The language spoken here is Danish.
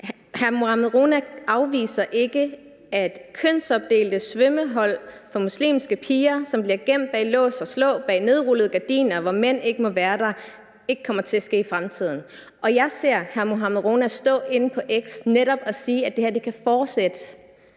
Hr. Mohammad Rona afviser ikke, at kønsopdelte svømmehold for muslimske piger, som bliver gemt bag lås og slå og bag nedrullede gardiner, hvor mænd ikke må være der, ikke kommer til at findes i fremtiden. Og jeg ser hr. Mohammad Rona for mig inde på X, hvor han netop siger, at det her kan fortsætte,